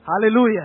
Hallelujah